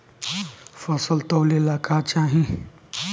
फसल तौले ला का चाही?